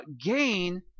gain